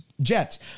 jets